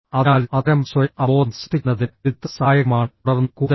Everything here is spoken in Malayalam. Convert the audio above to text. അതിനാൽ അത്തരം സ്വയം അവബോധം സൃഷ്ടിക്കുന്നതിന് എഴുത്ത് സഹായകരമാണ് തുടർന്ന് കൂടുതൽ